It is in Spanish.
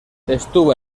estuvo